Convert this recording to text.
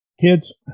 Kids